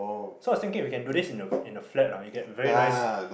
so I was thinking we can do this in a in a flat ah we get very nice